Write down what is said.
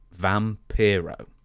Vampiro